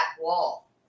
wall